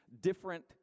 different